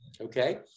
Okay